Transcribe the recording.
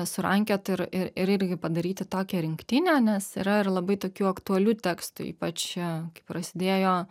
surankiot ir i ir irgi padaryti tokią rinktinę nes yra ir labai tokių aktualių tekstų ypač kai prasidėjo